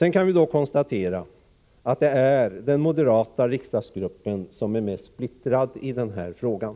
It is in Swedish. Vi kan konstatera att den moderata riksdagsgruppen är mest splittrad i denna fråga.